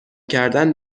کردن